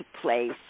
place